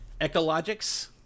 Ecologics